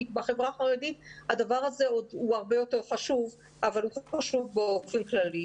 כי בחברה החרדית הדבר הזה הרבה יותר חשוב אבל הוא גם חשוב באופן כללי.